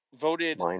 voted